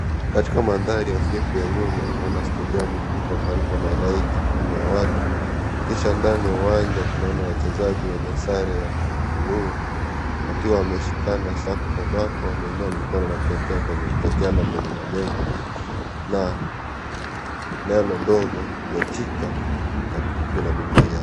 Katika mandhari hafifu ya nyuma tunaona stadiamu kubwa palipo na halaiki kubwa ya watu .Kisha ndani ya uwanja tunaona wachezaji wenye sare ya bluu wakiwa wameshikana sako kwa bako wameinua mikono na kuekeana kwenye mabega na neno dogo Betika karibu na miguu yao.